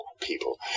people